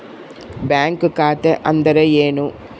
Bank ಖಾತೆ ಅಂದರೆ ಏನು?